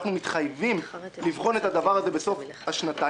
אנחנו מתחייבים לבחון את הדבר הזה בתום השנתיים.